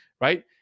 right